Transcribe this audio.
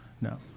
No